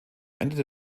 ende